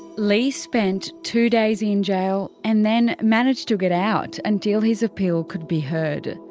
leigh spent two days in jail, and then managed to get out until his appeal could be heard.